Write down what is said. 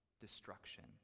destruction